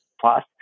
plus